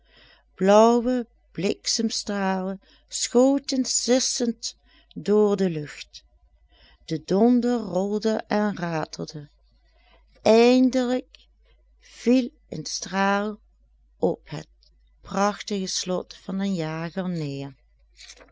blaauwe bliksemstralen schoten sissend door de lucht de donder rolde en ratelde eindelijk viel een straal op het prachtige slot van den jager neer